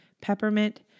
peppermint